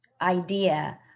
Idea